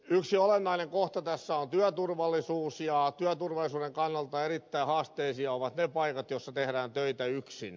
yksi olennainen kohta tässä on työturvallisuus ja työturvallisuuden kannalta erittäin haasteellisia ovat ne paikat joissa tehdään töitä yksin